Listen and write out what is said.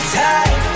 tight